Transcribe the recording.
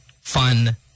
fun